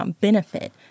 benefit